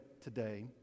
today